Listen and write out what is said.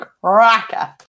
cracker